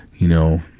you know,